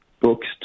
books